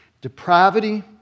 depravity